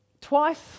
twice